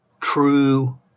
true